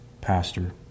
Pastor